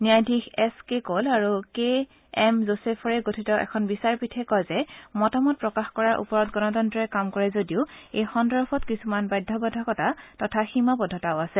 ন্যায়াধীশ এছকে কল আৰু K M যোচেফৰে গঠিত এখন বিচাৰপীঠে কয় যে মতামত প্ৰকাশ কৰাৰ ওপৰত গণতন্ত্ৰই কাম কৰে যদিও এই সন্দৰ্ভত কিছুমান বাধ্যবাধকতা তথা সীমাবদ্ধতাও আছে